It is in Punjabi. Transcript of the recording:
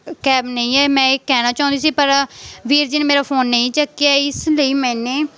ਕੈਬ ਨਹੀਂ ਹੈ ਮੈਂ ਇਹ ਕਹਿਣਾ ਚਾਹੁੰਦੀ ਸੀ ਪਰ ਵੀਰ ਜੀ ਨੇ ਮੇਰਾ ਫੋਨ ਨਹੀਂ ਚੁੱਕਿਆ ਇਸ ਲਈ ਮੈਨੇ